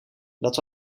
dat